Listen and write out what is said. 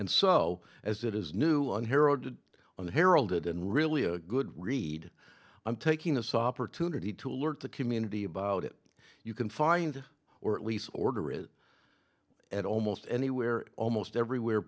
and so as it is new on harold to on the heralded and really a good read i'm taking this opportunity to alert the community about it you can find or at least order it at almost anywhere almost everywhere